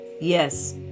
yes